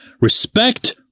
Respect